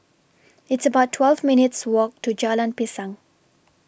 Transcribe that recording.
It's about twelve minutes' Walk to Jalan Pisang